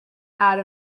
out